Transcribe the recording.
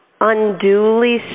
unduly